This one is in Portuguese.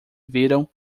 viram